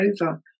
over